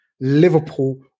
Liverpool